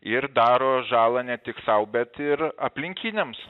ir daro žalą ne tik sau bet ir aplinkiniams